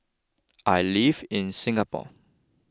I live in Singapore